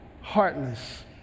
heartless